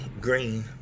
Green